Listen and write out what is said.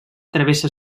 travessa